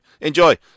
Enjoy